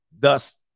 Thus